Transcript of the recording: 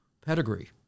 pedigree